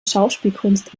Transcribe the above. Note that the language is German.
schauspielkunst